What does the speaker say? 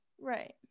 Right